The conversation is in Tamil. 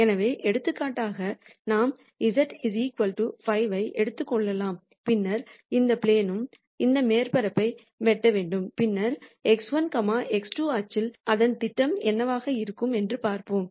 எனவே எடுத்துக்காட்டாக நாம் z 5 ஐ எடுத்துக் கொள்ளலாம் பின்னர் அந்த ப்ளேன் ம் இந்த மேற்பரப்பை வெட்ட வேண்டும் பின்னர் x1 x2 அச்சில் அதன் திட்டம் என்னவாக இருக்கும் என்று பார்ப்போம்